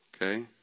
okay